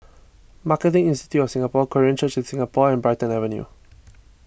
Marketing Institute of Singapore Korean Church in Singapore and Brighton Avenue